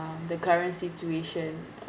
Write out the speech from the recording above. um the current situation